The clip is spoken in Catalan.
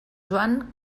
joan